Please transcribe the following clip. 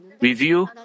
review